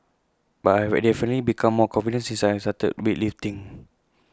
but I have A definitely become more confident since I started weightlifting